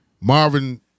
Marvin